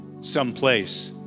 someplace